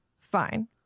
fine